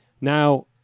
Now